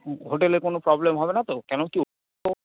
হোটেলে কোনো প্রবলেম হবে না তো কেন কি